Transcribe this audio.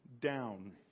down